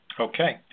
Okay